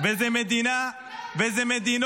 וזאת מדינה, זה בגלל המפלגה שלך.